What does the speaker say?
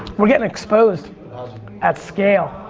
we're getting exposed at scale.